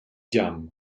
jam